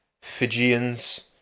Fijians